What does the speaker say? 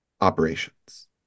operations